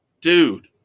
Dude